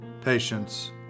patience